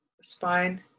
spine